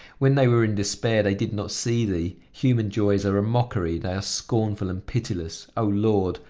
when they were in despair they did not see thee! human joys are a mockery they are scornful and pitiless o lord!